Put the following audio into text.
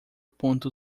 ponto